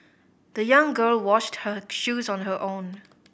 the young girl washed her shoes on her own